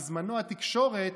בזמנו התקשורת,